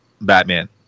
batman